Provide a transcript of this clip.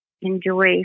enjoy